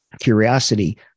Curiosity